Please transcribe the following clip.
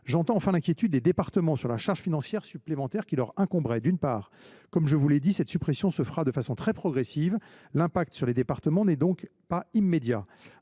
J’entends enfin l’inquiétude des départements sur la charge financière supplémentaire qui leur incomberait. D’une part, je le répète, cette suppression se fera de façon très progressive. L’impact sur les départements n’est donc pas immédiat.